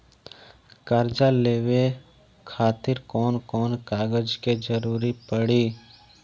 कर्जा लेवे खातिर कौन कौन कागज के जरूरी पड़ी?